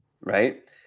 right